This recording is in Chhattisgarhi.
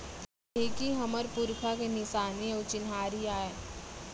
ढेंकी हमर पुरखा के निसानी अउ चिन्हारी आय